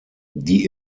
die